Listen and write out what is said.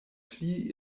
pli